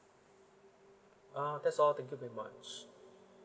ah that's all thank you very much